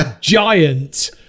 giant